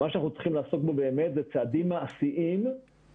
מה שאנחנו צריכים לעסוק בו באמת זה צעדים מעשיים שיביאו